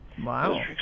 Wow